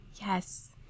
Yes